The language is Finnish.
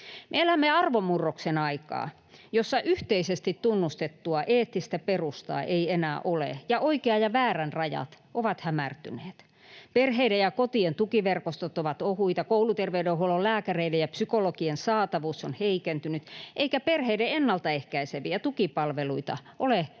Elämme arvomurroksen aikaa, jossa yhteisesti tunnustettua eettistä perustaa ei enää ole ja oikean ja väärän rajat ovat hämärtyneet. Perheiden ja kotien tukiverkostot ovat ohuita, kouluterveydenhuollon, lääkäreiden ja psykologien saatavuus on heikentynyt, eikä perheiden ennalta ehkäiseviä ja tukipalveluita ole tarpeeksi